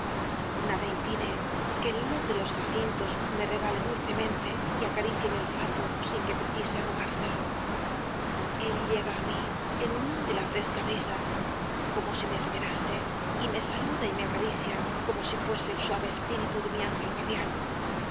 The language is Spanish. nada impide que el olor de los jacintos me regale dulcemente y acaricie mi olfato sin que precise rogárselo el llega á mí en unión de la fresca brisa como si me esperase y me saluda y me acaricia como si fuese el suave espíritu de mi ángel guardián